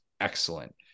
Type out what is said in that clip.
excellent